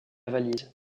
valise